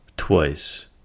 Twice